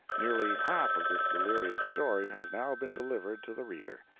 nearly half of this delirious story has now been delivered to the reader.